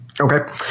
Okay